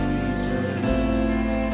Jesus